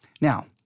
Now